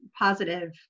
positive